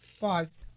pause